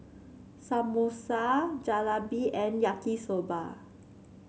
Samosa Jalebi and Yaki Soba